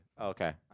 Okay